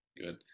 Good